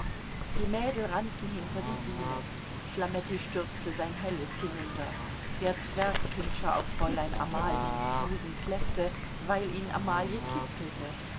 die mädel rannten hinter die bühne flametti stürzte sein helles hinunter der zwergpintscher auf fräulein amaliens busen kläffte weil ihn amalie kitzelte